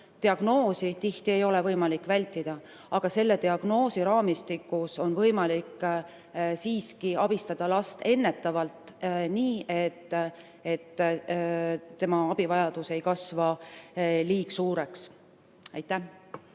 diagnoosi ei ole tihti võimalik vältida, aga selle diagnoosi raamistikus on võimalik siiski abistada last ennetavalt, nii et tema abivajadus ei kasva liiga suureks. Aitäh